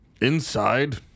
Inside